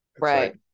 Right